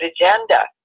agenda